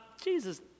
Jesus